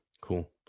cool